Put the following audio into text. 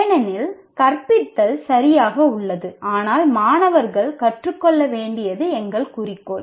ஏனெனில் கற்பித்தல் சரியாக உள்ளது ஆனால் மாணவர்கள் கற்றுக்கொள்ள வேண்டியது எங்கள் குறிக்கோள்